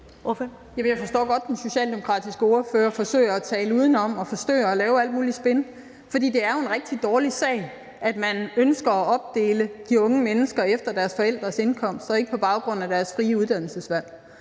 jeg forstår godt, at den socialdemokratiske ordfører forsøger at tale udenom og forsøger at lave alt muligt spin, for det er jo en rigtig dårlig sag, at man ønsker at opdele de unge mennesker efter deres forældres indkomst og ikke på baggrund af deres frie uddannelsesvalg.